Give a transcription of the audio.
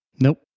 Nope